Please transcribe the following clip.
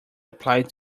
applied